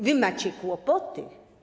Wy macie kłopoty.